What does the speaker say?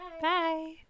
Bye